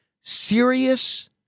serious